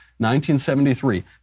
1973